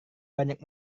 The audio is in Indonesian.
banyak